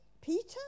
Peter